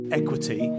equity